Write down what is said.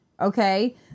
okay